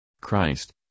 Christ